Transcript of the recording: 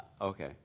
Okay